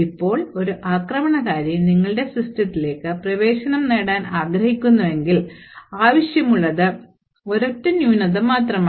ഇപ്പോൾ ഒരു ആക്രമണകാരി നിങ്ങളുടെ സിസ്റ്റത്തിലേക്ക് പ്രവേശനം നേടാൻ ആഗ്രഹിക്കുന്നുവെങ്കിൽ ആവശ്യമുള്ളത് ഒരൊറ്റ ന്യൂനത മാത്രമാണ്